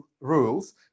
rules